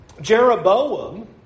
Jeroboam